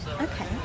Okay